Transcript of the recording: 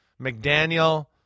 McDaniel